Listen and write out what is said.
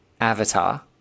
Avatar